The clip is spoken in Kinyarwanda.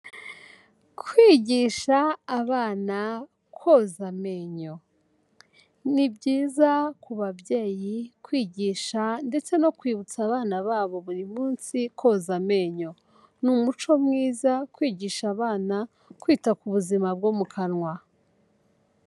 Kwigisha abana koza amenyo. Ni byiza kubabyeyi kwigisha ndetse no kwibutsa abana babo buri munsi koza amenyo. Ni umuco mwiza kwigisha abana kwita ku buzima bwo mu kanwa.